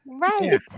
Right